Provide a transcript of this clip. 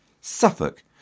Suffolk